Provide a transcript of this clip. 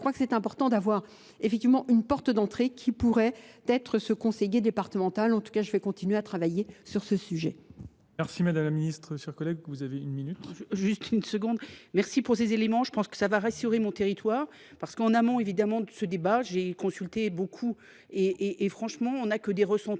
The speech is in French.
je crois que c'est important d'avoir effectivement une porte d'entrée qui pourrait être ce conseiller départemental en tout cas je vais continuer à travailler sur ce sujet Merci madame la madame la ministre, madame la ministre, chers collègues, vous avez une minute ? Juste une seconde, merci pour ces éléments, je pense que ça va rassurer mon territoire parce qu'en amont évidemment de ce débat, j'ai consulté beaucoup et franchement on n'a que des ressentis,